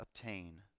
obtain